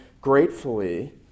gratefully